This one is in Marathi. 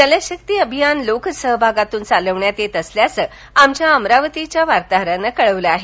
जलशक्ती अभियान लोकसहभागातून चालवण्यात येत असल्याचं आमच्या अमरावतीच्या वार्ताहरानं कळवलं आहे